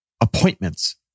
appointments